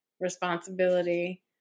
responsibility